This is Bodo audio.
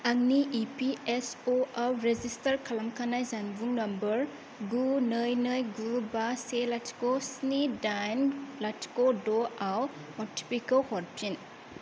आंनि इ पि एफ अ' आव रेजिस्टार खालामखानाय जानबुं नम्बर गु नै नै गु बा से लाथिख' स्नि दाइन लाथिख' द' आव अ टि पि खौ हरफिन